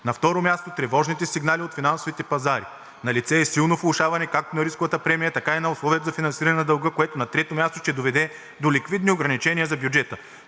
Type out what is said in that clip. На второ място, тревожните сигнали от финансовите пазари. Налице е силно влошаване както на рисковата премия, така и на условието за финансиране на дълга, което, на трето място, ще доведе до ликвидни ограничения на бюджета.